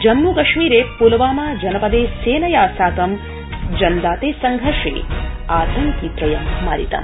जम्मूकश्मीरे प्लवामा जनपदे सेनया साकं संघर्षे आतंकित्रयं मारितम्